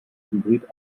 hybrid